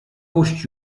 puść